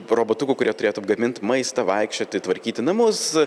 robotuku kurie turėtų gamint maistą vaikščioti tvarkyti namus